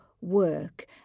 work